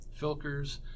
Filkers